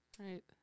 Right